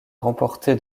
remporté